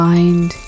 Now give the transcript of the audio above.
Find